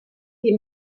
die